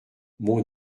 mon